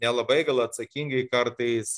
nelabai gal atsakingai kartais